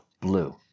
Blue